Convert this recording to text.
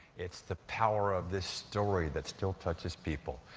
it's the power of this story that still touches people.